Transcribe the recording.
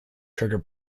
trigger